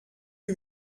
que